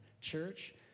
church